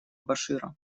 башира